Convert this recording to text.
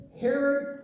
Herod